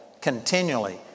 continually